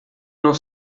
não